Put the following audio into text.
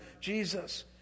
Jesus